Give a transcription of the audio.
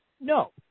No